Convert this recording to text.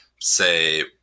say